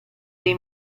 dei